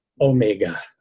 Omega